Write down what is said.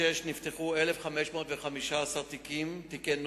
2009): נער בן 13 נדקר ביום שישי שעבר